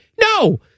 No